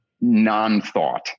non-thought